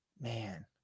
Man